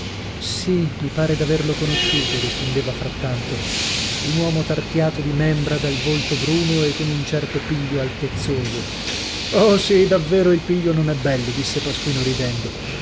sì mi pare d'averlo conosciuto rispondeva frattanto un uomo tarchiato di membra dal volto bruno e con un certo piglio altezzoso oh sì davvero il piglio non è bello disse pasquino ridendo